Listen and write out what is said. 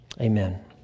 Amen